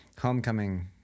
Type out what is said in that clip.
Homecoming